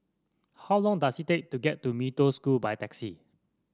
how long does it take to get to Mee Toh School by taxi